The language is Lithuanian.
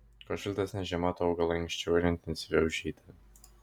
kuo šiltesnė žiema tuo augalai anksčiau ir intensyviau žydi